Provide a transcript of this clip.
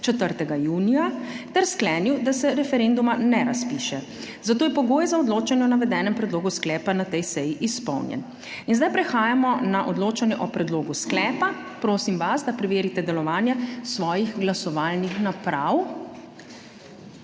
4. junija ter sklenil, da se referenduma ne razpiše, zato je pogoj za odločanje o navedenem predlogu sklepa na tej seji izpolnjen. In zdaj prehajamo na odločanje o predlogu sklepa. Prosim vas, da preverite delovanje svojih glasovalnih naprav.